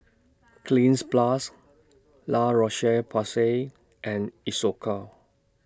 Cleanz Plus La Roche Porsay and Isocal